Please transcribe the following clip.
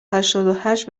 هشتادوهشت